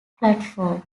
platform